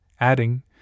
adding